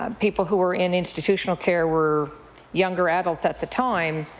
um people who are in institutional care were younger adults at the time.